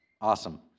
awesome